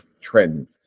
trend